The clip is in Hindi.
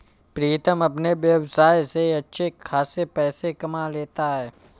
प्रीतम अपने व्यवसाय से अच्छे खासे पैसे कमा लेता है